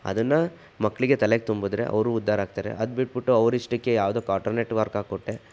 ಅದನ್ನು ಮಕ್ಕಳಿಗೆ ತಲೆಗೆ ತುಂಬಿದ್ರೆ ಅವರು ಉದ್ಧಾರ ಅದ್ಬಿಟ್ಬಿಟ್ಟು ಅವರಿಷ್ಟಕ್ಕೆ ಯಾವುದೋ ಕಾರ್ಟೂನ್ ನೆಟ್ವರ್ಕ್ ಹಾಕ್ಕೊಟ್ಟೆ